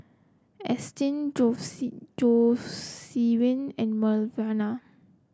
Astrid Jocelyne and Melvina